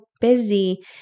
busy